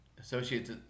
associates